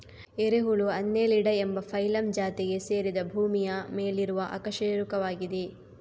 ಎರೆಹುಳು ಅನ್ನೆಲಿಡಾ ಎಂಬ ಫೈಲಮ್ ಜಾತಿಗೆ ಸೇರಿದ ಭೂಮಿಯ ಮೇಲಿರುವ ಅಕಶೇರುಕವಾಗಿದೆ